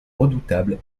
redoutable